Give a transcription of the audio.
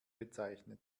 bezeichnet